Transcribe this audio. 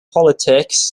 politics